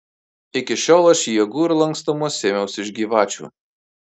iki šiol aš jėgų ir lankstumo sėmiaus iš gyvačių